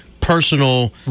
personal